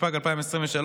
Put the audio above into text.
התשפ"ג 2023,